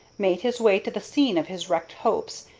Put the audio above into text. made his way to the scene of his wrecked hopes,